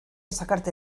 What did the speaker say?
sacarte